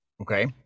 Okay